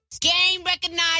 Game-recognized